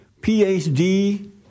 PhD